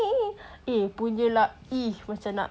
eh punya lah !ee! macam nak